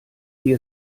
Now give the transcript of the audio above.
sie